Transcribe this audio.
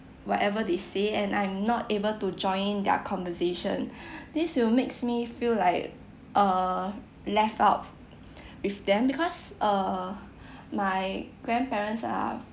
whatever they say and I'm not able to join in their conversation this will makes me feel like err left out with them because err my grandparents are